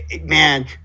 man